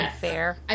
fair